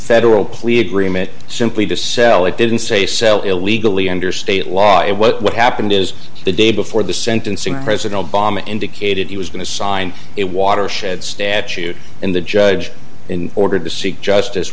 federal plea agreement simply to sell it didn't say sell illegally under state law it what happened is the day before the sentencing president obama indicated he was going to sign it watershed statute in the judge in order to seek justice